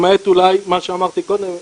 למעט אולי מה שאמרתי קודם,